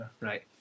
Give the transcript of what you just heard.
Right